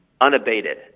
unabated